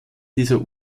dieser